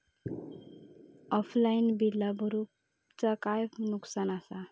Offline बिला भरूचा काय नुकसान आसा?